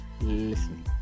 listening